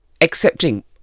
accepting